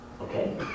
okay